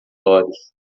olhos